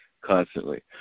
constantly